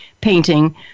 painting